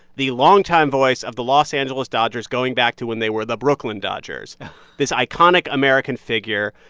the longtime voice of the los angeles dodgers, going back to when they were the brooklyn dodgers this iconic american figure.